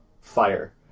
fire